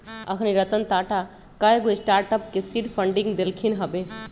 अखनी रतन टाटा कयगो स्टार्टअप के सीड फंडिंग देलखिन्ह हबे